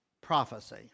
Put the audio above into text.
prophecy